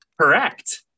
Correct